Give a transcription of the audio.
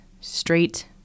straight